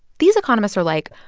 these economists are like,